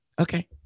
Okay